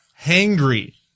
hangry